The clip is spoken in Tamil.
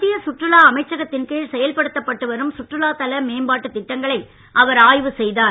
மத்திய சுற்றுலா அமைச்சகத்தின் கீழ் செயல்படுத்தப் பட்டு வரும் சுற்றுலா தல மேம்பாட்டுத் திட்டங்களை அவர் ஆய்வு செய்தார்